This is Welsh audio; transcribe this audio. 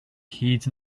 hyd